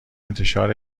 انتشار